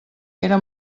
era